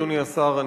אדוני השר,